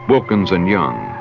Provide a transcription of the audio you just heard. wilkins and young,